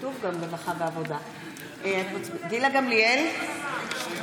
בעד גילה גמליאל, אינה